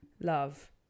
Love